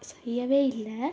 செய்யவே இல்லை